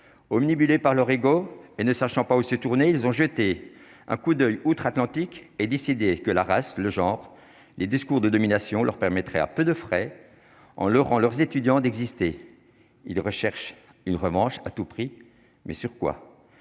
minibudget par leur égo et ne sachant pas où se tourner, ils ont jeté un coup d'oeil outre-Atlantique et décidé que la race, le genre les discours de domination leur permettrait à peu de frais en Laurent leurs étudiants d'exister, il recherche une revanche à tout prix mais sur quoi